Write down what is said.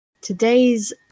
Today's